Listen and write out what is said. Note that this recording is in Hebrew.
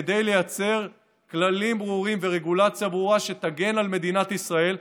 כדי לייצר כללים ברורים ורגולציה ברורה שתגן על מדינת ישראל.